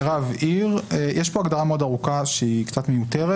"רב עיר" יש פה הגדרה מאוד ארוכה שהיא קצת מיותרת.